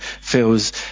feels